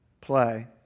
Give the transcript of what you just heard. play